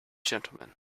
gentlemen